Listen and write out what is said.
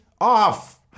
off